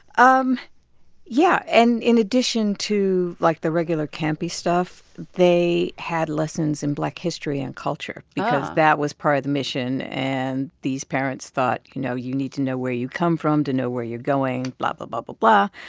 um yeah. and in addition to, like, the regular campy stuff, they had lessons in black history and culture because yeah that was part of the mission. and these parents thought, you know, you need to know where you come from to know where you're going. blah, blah, blah, but